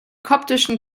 koptischen